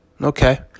Okay